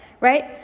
right